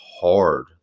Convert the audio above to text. hard